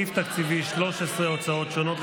סעיף תקציבי 13 הוצאות שונות,